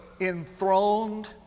enthroned